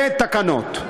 לתקנות.